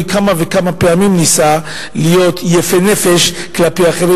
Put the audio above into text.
כמה וכמה פעמים ניסה להיות יפה נפש כלפי האחרים,